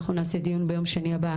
אנחנו נעשה דיון ביום שני הבא,